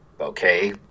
okay